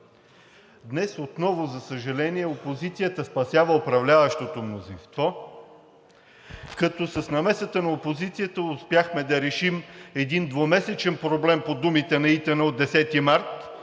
Днес отново, за съжаление, опозицията спасява управляващото мнозинство. С намесата на опозицията успяхме да решим един двумесечен проблем, по думите на ИТН, от 10 март,